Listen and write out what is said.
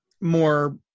more